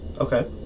okay